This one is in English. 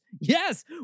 Yes